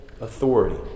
authority